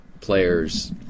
players